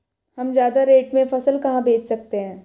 हम ज्यादा रेट में फसल कहाँ बेच सकते हैं?